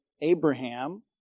Abraham